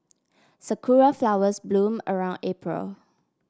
sakura flowers bloom around April